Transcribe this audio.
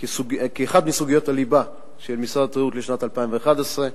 כאחת מסוגיות הליבה של משרד התיירות לשנת 2011,